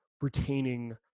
retaining